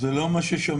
זה לא מה ששמענו.